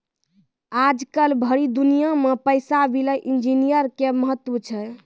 आजकल भरी दुनिया मे पैसा विला इन्जीनियर के महत्व छै